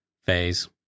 phase